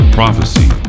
prophecy